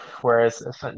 whereas